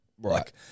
Right